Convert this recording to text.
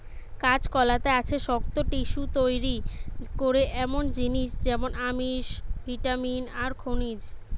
কাঁচকলাতে আছে শক্ত টিস্যু তইরি করে এমনি জিনিস যেমন আমিষ, ভিটামিন আর খনিজ